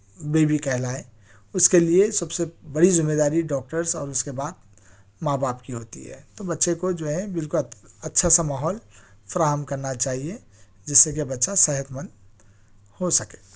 baby کہلائے اس کے لئے سب سے بڑی ذمہ داری ڈاکٹرس اور اس کے بعد ماں باپ کی ہوتی ہے تو بچے کو جو ہے بالکل اچھا سا ماحول فراہم کرنا چاہیے جس سے کہ بچہ صحت مند ہو سکے